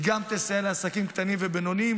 היא גם תסייע לעסקים קטנים ובינוניים,